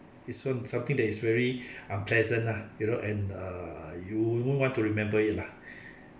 this [one] something that is very unpleasant lah you know and uh you you won't want to remember lah